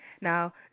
Now